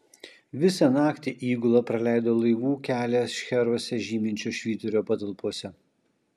visą naktį įgula praleido laivų kelią šcheruose žyminčio švyturio patalpose